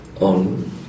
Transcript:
on